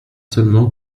seulement